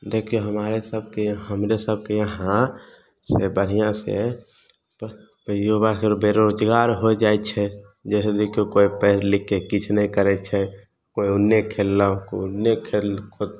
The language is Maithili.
देखियौ हमारे सबके हमरे सबके यहाँ से बढ़िआँसँ तऽ युवा सब बेरोजगार होइ जाइ छै जे है से कोइ पढ़ि लिखिके किछु नहि करय छै कोइ ओन्ने खेललक कोइ ओन्ने खेल कूद